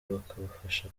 bakabafasha